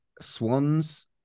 Swans